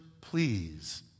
please